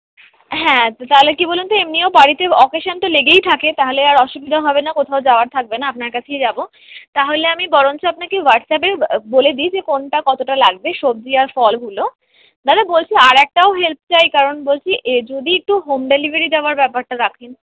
হ্যাঁ তাহলে কি বলুন তো এমনিও বাড়িতে অকেশান তো লেগেই থাকে তাহলে আর অসুবিধা হবে না কোথাও যাওয়ার থাকবে না আপনার কাছেই যাব তাহলে আমি বরঞ্চ আপনাকে হোয়াটসঅ্যাপে বলে দিই যে কোনটা কতটা লাগবে সবজি আর ফলগুলো দাদা বলছি আর একটাও হেল্প চাই কারণ বলছি এ যদি একটু হোম ডেলিভারি দেওয়ার ব্যাপারটা রাখেন